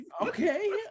Okay